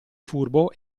furbo